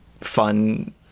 fun